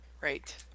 right